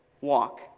walk